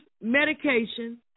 medication